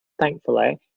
thankfully